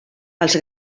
els